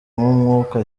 umwuka